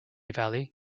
valley